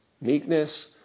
meekness